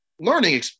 learning